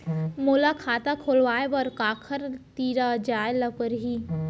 मोला खाता खोलवाय बर काखर तिरा जाय ल परही?